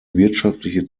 wirtschaftliche